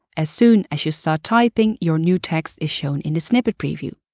as soon as you start typing, your new text is shown in the snippet preview.